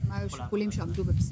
מה היו השיקולים שעמדו בבסיס?